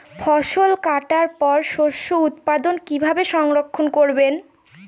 ফসল কাটার পর শস্য উৎপাদন কিভাবে সংরক্ষণ করবেন?